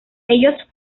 ellos